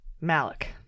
Malik